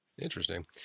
Interesting